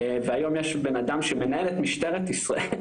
והיום יש בן אדם שמנהל את משטרת ישראל.